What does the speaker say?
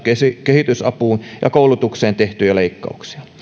kehitysapuun ja koulutukseen tehtyjä leikkauksia